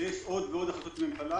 ויש עוד ועוד החלטות ממשלה,